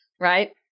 right